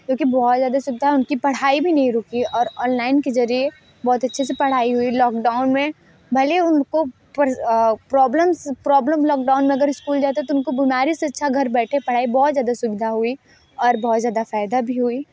क्योंकि बहुत ज्यादा सुविधा उनकी पढ़ाई भी नहीं रुकी और ऑनलाइन के जरिए बहुत अच्छे से पढ़ाई हुई लॉकडाउन में भले उनको प्रॉब्लम्स प्रॉब्लम लॉकडाउन में अगर स्कूल जाते तो उनको बीमारी से अच्छा घर बैठे पढ़ाई बहुत ज्यादा सुविधा हुई और बहुत ज्यादा फायदा भी हुई